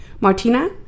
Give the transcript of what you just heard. Martina